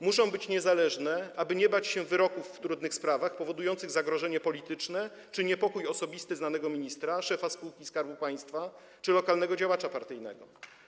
Muszą być niezależne, aby nie bać się wyroków w trudnych sprawach powodujących zagrożenie polityczne czy niepokój osobisty znanego ministra, szefa spółki Skarbu Państwa czy lokalnego działacza partyjnego.